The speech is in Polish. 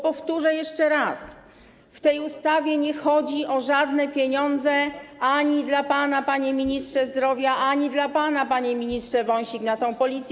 Powtórzę jeszcze raz: w tej ustawie nie chodzi o żadne pieniądze ani dla pana, panie ministrze zdrowia, ani dla pana, panie ministrze Wąsik, na tę Policję.